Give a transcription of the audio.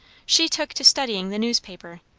she took to studying the newspaper,